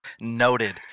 Noted